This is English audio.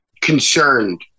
concerned